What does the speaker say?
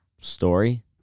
story